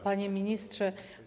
Panie Ministrze!